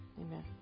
Amen